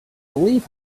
believe